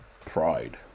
pride